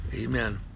Amen